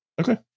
Okay